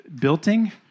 building